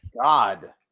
God